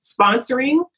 sponsoring